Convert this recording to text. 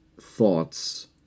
thoughts